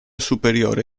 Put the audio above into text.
superiore